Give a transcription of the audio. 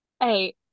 Hey